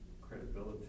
credibility